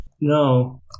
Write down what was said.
no